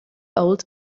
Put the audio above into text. old